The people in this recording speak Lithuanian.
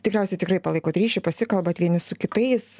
tikriausiai tikrai palaikot ryšį pasikalbat vieni su kitais